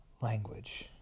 language